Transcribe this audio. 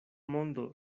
mondo